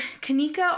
Kanika